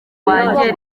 wanjye